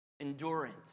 Endurance